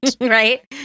right